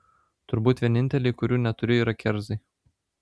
turbūt vieninteliai kurių neturiu yra kerzai